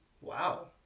Wow